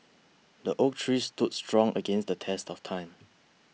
the oak tree stood strong against the test of time